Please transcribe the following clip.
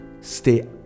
stay